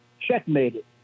checkmated